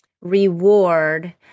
reward